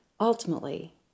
Ultimately